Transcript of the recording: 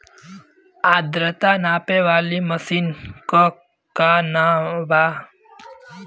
आद्रता नापे वाली मशीन क का नाव बा?